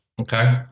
Okay